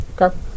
Okay